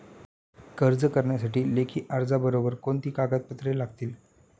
कर्ज करण्यासाठी लेखी अर्जाबरोबर कोणती कागदपत्रे लागतील?